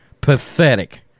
Pathetic